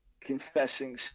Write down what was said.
confessing